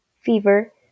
fever